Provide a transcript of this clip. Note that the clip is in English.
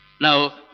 Now